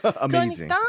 Amazing